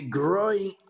growing